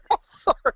Sorry